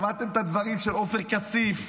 שמעתם את הדברים של עופר כסיף